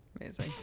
Amazing